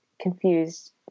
confused